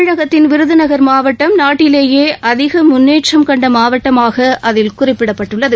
தமிழகத்தின் விருதுநகர் மாவட்டம் நாட்டிலேயே அதிக முன்னேற்றம் கண்ட மாவட்டமாக அதில் குறிப்பிடப்பட்டுள்ளது